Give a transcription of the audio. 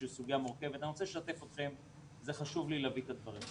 אני רוצה לשתף אתכם, זה חשוב לי להביא את הדברים.